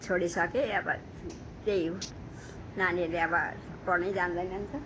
छोडिसके अब त्यही नानीहरूले अब पढ्नै जान्दैनन् त